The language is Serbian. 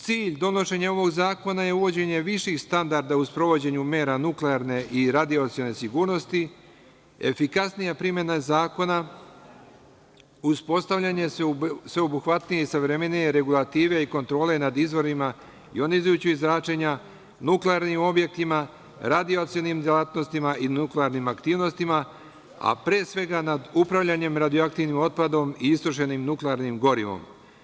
Cilj donošenja ovog zakona je uvođenje viši standarda u sprovođenju mera nuklearne sigurnosti, efikasnija primena zakona, uspostavljanje sveobuhvatnije i savremenije regulative i kontrole nad izvorima jonizujućih zračenja, nuklearnim objektima, radijacionim delatnostima i nuklearnim aktivnostima, a pre svega nad upravljanjem radioaktivnim otpadom i istrošenim nuklearnim gorivom.